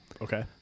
Okay